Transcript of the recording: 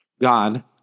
God